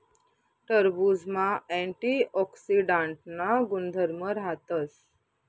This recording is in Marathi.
टरबुजमा अँटीऑक्सीडांटना गुणधर्म राहतस